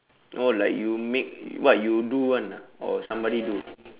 oh like you make what you do [one] ah or somebody do